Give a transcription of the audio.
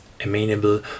amenable